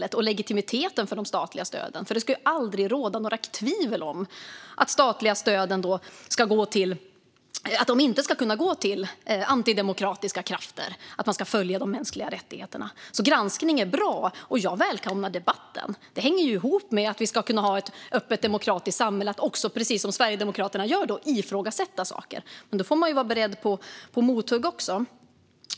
Vi ska också värna legitimiteten för de statliga stöden; det ska aldrig råda några tvivel om att de statliga stöden inte ska kunna gå till antidemokratiska krafter och att man ska följa de mänskliga rättigheterna. Granskning är bra, och jag välkomnar debatten. Det hänger ihop med att vi ska kunna ha ett öppet demokratiskt samhälle. Man ska kunna ifrågasätta saker, som Sverigedemokraterna gör. Men då får man vara beredd på mothugg också.